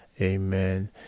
amen